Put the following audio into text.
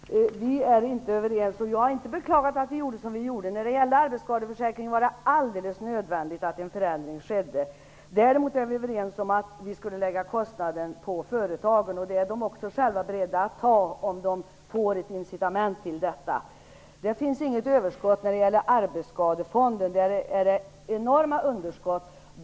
Fru talman! Nej, vi är inte överens. Jag har inte beklagat att vi gjorde som vi gjorde. När det gällde arbetsskadeförsäkringen var det alldeles nödvändigt att en förändring skedde. Däremot är vi överens om att lägga kostnaden på företagen och den är de också själva beredda att ta om de får ett incitament. Det finns inget överskott när det gäller Arbetsskadefonden. Där är det enorma underskott.